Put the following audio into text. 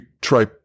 try